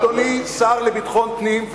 אדוני השר לביטחון פנים,